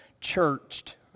churched